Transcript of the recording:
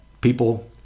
People